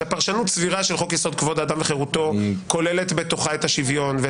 שפרשנות סבירה של חוק יסוד: כבוד האדם וחרותו כוללת בתוכה את השוויון,